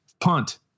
punt